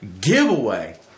giveaway